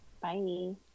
Bye